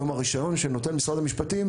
היום הרישיון שנותן משרד המשפטים,